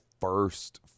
first